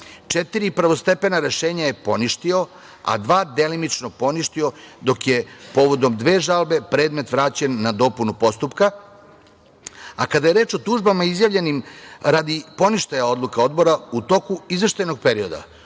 četiri prvostepena rešenja je poništio, a dva delimično poništio dok je povodom dve žalbe predmet vraćen na dopunu postupka. Kada je reč o tužbama izjavljenim radi poništaja odluke Odbora u toku izveštajnog perioda